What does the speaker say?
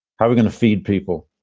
how we're going to feed people,